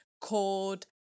called